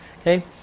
Okay